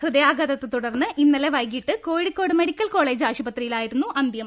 ഹൃദയാഘാതത്തെത്തുടർന്ന് ഇന്നലെ വൈകിട്ട് Kozhikode medical college ആശുപത്രിയിലായിരുന്നു അന്ത്യം